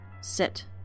Sit